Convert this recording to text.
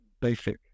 basic